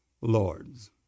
lords